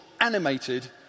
animated